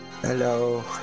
Hello